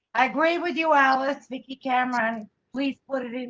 i agree with you, alice. vicki cameron please put it in.